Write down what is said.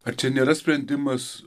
ar čia nėra sprendimas